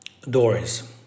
doors